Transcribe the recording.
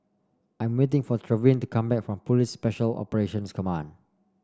I'm waiting for Trevin to come back from Police Special Operations Command